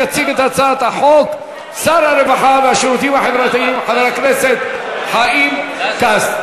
יציג את הצעת החוק שר הרווחה והשירותים החברתיים חבר הכנסת חיים כץ.